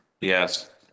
Yes